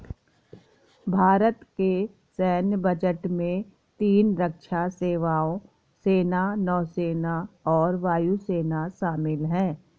भारत के सैन्य बजट में तीन रक्षा सेवाओं, सेना, नौसेना और वायु सेना शामिल है